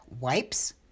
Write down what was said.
wipes